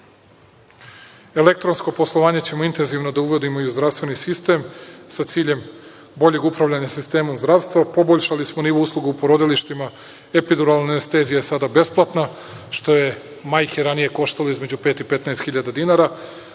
banke. Elektronsko poslovanje ćemo intenzivno da uvodimo u zdravstveni sistem sa ciljem boljeg upravljanja sistemom zdravstva. Poboljšali smo nivo usluga u porodilištima. Epiduralna anestezija je sada besplatna, što je majke ranije koštalo između 5.000 i 15.000 dinara.